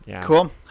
Cool